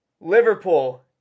Liverpool